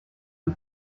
his